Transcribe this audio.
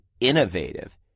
innovative